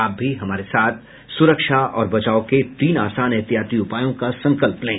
आप भी हमारे साथ सुरक्षा और बचाव के तीन आसान एहतियाती उपायों का संकल्प लें